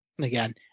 again